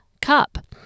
Cup